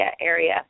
area